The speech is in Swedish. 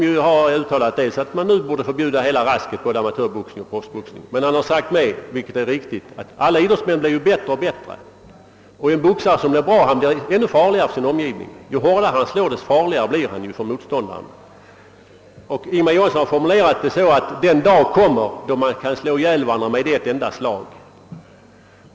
Han har uttalat att man borde förbjuda hela rasket, både amatörboxningen och den professionella boxningen. Han har också alldeles riktigt påpekat att alla idrottsmän blir allt bättre, och en bättre boxare blir ännu farligare för sin motståndare. Ju hårdare han slår, desto farligare blir han för motståndaren. Ingemar Johansson har formulerat det så, att den dag en gång kommer då en boxare kan slå ihjäl en annan med ett enda slag.